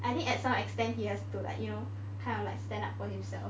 I think at some extent he has to like you know kind of like stand up for himself